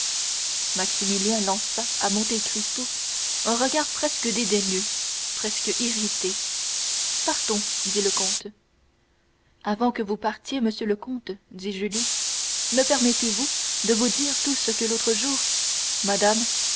maximilien lança à monte cristo un regard presque dédaigneux presque irrité partons dit le comte avant que vous partiez monsieur le comte dit julie me permettez-vous de vous dire tout ce que l'autre jour madame